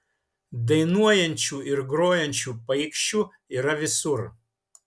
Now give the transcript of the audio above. dainuojančių ir grojančių paikšių yra visur